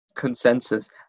consensus